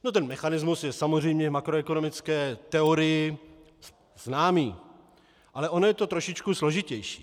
No, ten mechanismus je samozřejmě v makroekonomické teorii známý, ale ono je to trošičku složitější.